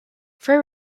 frey